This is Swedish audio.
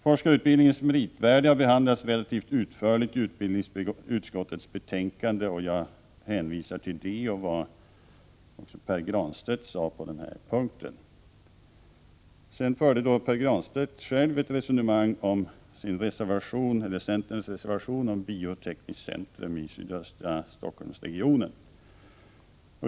Forskarutbildningens meritvärde har behandlats relativt utförligt i utbildningsutskottets betänkande, och jag hänvisar till det och till vad Pär Granstedt sade på den här punkten. Pär Granstedt förde ett resonemang om centerns reservation rörande biotekniskt centrum i sydvästra Stockholmsregionen.